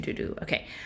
okay